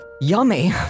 yummy